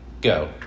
Go